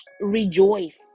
rejoice